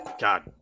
god